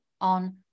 on